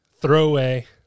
throwaway